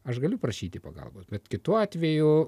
aš galiu prašyti pagalbos bet kitu atveju